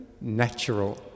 natural